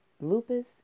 Lupus